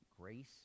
grace